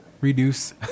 Reduce